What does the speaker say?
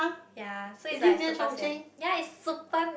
yea so is like super sian yea is super